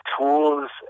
tools